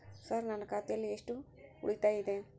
Sir ನನ್ನ ಖಾತೆಯಲ್ಲಿ ಎಷ್ಟು ಉಳಿತಾಯ ಇದೆ?